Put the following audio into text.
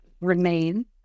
remain